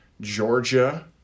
Georgia